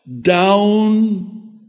down